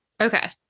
Okay